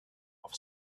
off